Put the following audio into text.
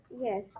yes